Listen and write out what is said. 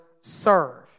serve